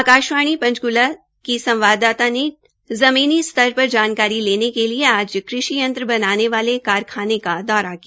आकाशवाणी पंचकूला की संवाददाता ने ज़मीनी स्तर पर जानकारी लेने के लिए आज कृषि यंत्र बनाने वाले एक कारखाने का दौरा किया